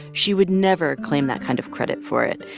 she would never claim that kind of credit for it.